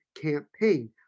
campaign